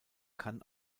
kann